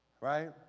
right